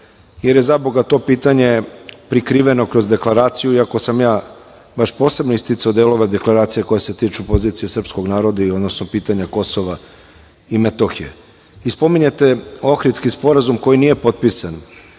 jer je, zaboga, to pitanje prikriveno kroz deklaraciju, iako sam ja baš posebno isticao delove deklaracije koja se tiče pozicije srpskog naroda, odnosno pitanja KiM.Spominjete Ohridski sporazum koji nije potpisan,